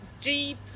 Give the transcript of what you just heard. deep